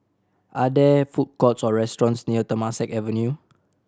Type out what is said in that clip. are there food courts or restaurants near Temasek Avenue